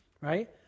Right